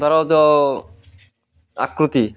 ତାର ଆକୃତି